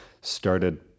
started